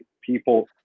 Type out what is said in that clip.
people